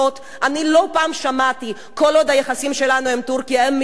אני לא פעם שמעתי: כל עוד היחסים שלנו עם טורקיה הם מצוינים,